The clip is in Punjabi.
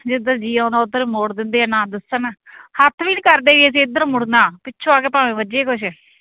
ਜਿੱਦਾਂ ਜੀ ਆਉਂਦਾ ਉਧਰ ਮੋੜ ਦਿੰਦੇ ਨਾ ਦੱਸਣ ਹੱਥ ਵੀ ਨਹੀ ਕਰਦੇ ਅਸੀਂ ਇਧਰ ਮੁੜਨਾ ਪਿੱਛੋਂ ਆ ਕੇ ਭਾਵੇਂ ਵੱਜੇ ਕੁਛ